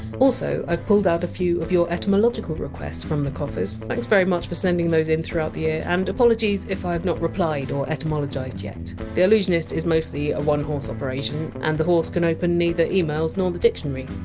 also i've pulled out a few of your etymological requests from the coffers thanks very much for sending those in throughout the year, and apologies if i have not replied or etymologized yet. the allusionist is mostly a one-horse operation, and the horse can open neither emails nor the dictionary.